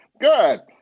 Good